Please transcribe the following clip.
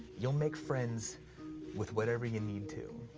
you'll make friends with whatever you need to.